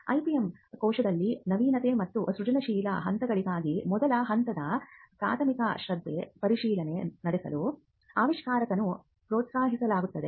IPM ಕೋಶದಲ್ಲಿ ನವೀನತೆ ಮತ್ತು ಸೃಜನಶೀಲ ಹಂತಗಳಿಗಾಗಿ ಮೊದಲ ಹಂತದ ಪ್ರಾಥಮಿಕ ಶ್ರದ್ಧೆ ಪರಿಶೀಲನೆ ನಡೆಸಲು ಆವಿಷ್ಕಾರಕರನ್ನು ಪ್ರೋತ್ಸಾಹಿಸಲಾಗುತ್ತದೆ